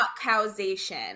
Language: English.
causation